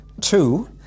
two